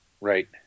Right